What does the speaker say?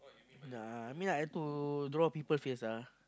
yeah I mean like to draw people face ah